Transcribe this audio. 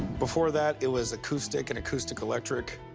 before that, it was acoustic and acoustic electric.